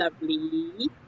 lovely